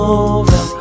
over